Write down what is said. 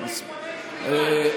איך תתמודד עם,